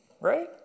right